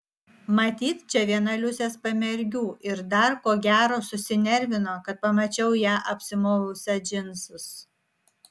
matyt čia viena liusės pamergių ir dar ko gero susinervino kad pamačiau ją apsimovusią džinsus